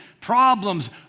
problems